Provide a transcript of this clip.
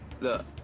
Look